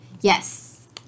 Yes